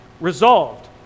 resolved